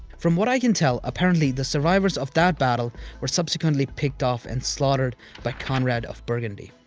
from what i can tell, apparently, the survivors of that battle were subsequently picked off and slaughtered by conrad of burgundy.